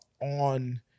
on